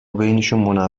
بینشونم